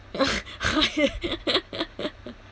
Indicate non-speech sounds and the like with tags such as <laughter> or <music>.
<laughs>